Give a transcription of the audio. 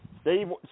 Steve